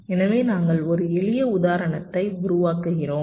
எனவே நாங்கள் ஒரு எளிய உதாரணத்தை உருவாக்குகிறோம்